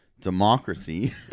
democracy